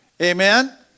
Amen